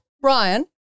Brian